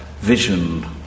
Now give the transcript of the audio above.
vision